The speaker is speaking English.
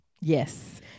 Yes